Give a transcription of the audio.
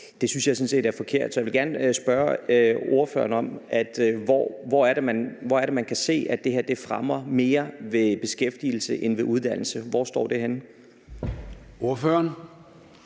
jeg sådan set er forkert. Så jeg vil gerne spørge ordføreren om: Hvor er det, man kan se, at det her fremmes mere ved beskæftigelse end ved uddannelse? Hvor står det henne?